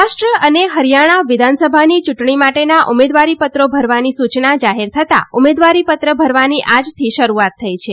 મહારાષ્ટ્ર અને હરિયાણા વિધાનસભાની ચૂંટણી માટેના ઉમેદવારીપત્રો ભરવાની સૂચના જાહેર થતાં ઉમેદવારીપત્ર ભરવાની આજથી શરૂઆત થઈ છે